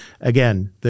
again